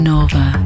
Nova